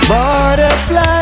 Butterfly